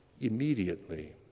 Immediately